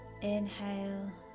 inhale